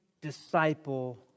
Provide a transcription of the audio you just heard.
disciple